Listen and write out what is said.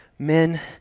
Men